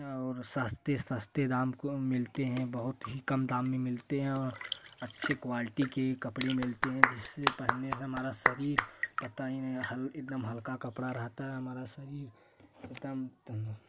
और सस्ते सस्ते दाम को मिलते हैं बहुत ही कम दाम में मिलते हैं और अच्छे क्वाल्टी के कपड़े मिलते हैं जिससे पहनने से हमारा शरीर पता ही नहीं हल एकदम हल्का कपड़ा रहता हैं हमारा शरीर एदम दम